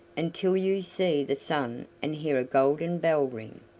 until you see the sun and hear a golden bell ring.